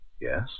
Yes